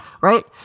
right